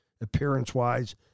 appearance-wise